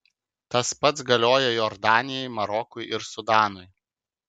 tas pats galioja jordanijai marokui ir sudanui